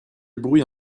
bruit